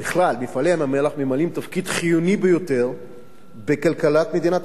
"מפעלי ים-המלח" ממלאים תפקיד חיוני ביותר בכלכלת מדינת ישראל,